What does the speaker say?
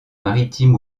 maritime